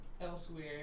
elsewhere